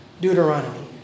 Deuteronomy